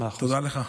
תודה לך.